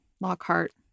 Lockhart